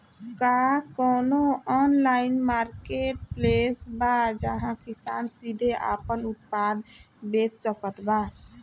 का कउनों online marketplace बा जहां किसान सीधे आपन उत्पाद बेच सकत बा?